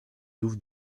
douves